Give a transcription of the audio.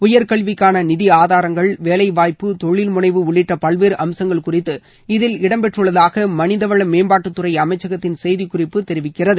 உயர்கல்விக்கான நிதி ஆதாரங்கள் வேலைவாய்ப்பு தொழில்முனைவு உள்ளிட்ட பல்வேறு அம்சங்கள் குறித்து இதில் இடம்பெற்றுள்ளதாக மனிதவளமேம்பாட்டுத்துறை அமச்சகத்தின் செய்திக்குறிப்பு தெரிவிக்கிறது